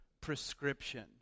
prescription